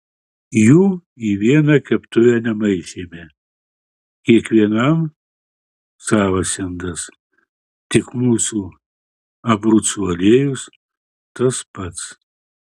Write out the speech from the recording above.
jų į vieną keptuvę nemaišėme kiekvienam savas indas tik mūsų abrucų aliejus tas pats